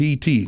PT